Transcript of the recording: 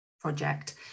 project